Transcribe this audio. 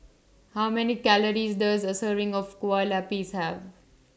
How Many Calories Does A Serving of Kueh Lapis Have